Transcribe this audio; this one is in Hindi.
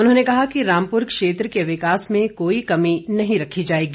उन्होंने कहा कि रामपुर क्षेत्र के विकास में कोई कमी नहीं रखी जाएगी